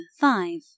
five